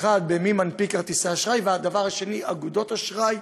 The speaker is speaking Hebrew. האחד, מי מנפיק כרטיסי אשראי, השני, אגודות אשראי,